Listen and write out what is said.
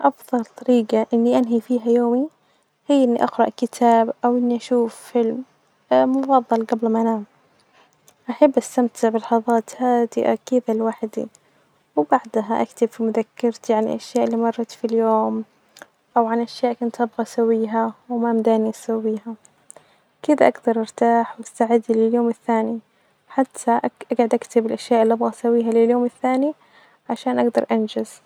أفظل طريجة إني أنهي فيها يومي هيا إني أقرأ كتاب أو إني أشوف فيها فيلم مفظل جبل ما أنام، أحب أستمتع بلحظات هادئة كدة لوحدي وبعدها أكتب في مذكرتي عن أشياء اللي مرت في اليوم أو عن أشياء كنت أبغي أسويها وما مدين أسويها كدة أجدر أرتاح وأستعد لليوم الثاني، حتي أج-أجعد أكتب الأشياء اللي أبغي أسويها لليوم الثاني عشان أجدر أنجز.